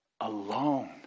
alone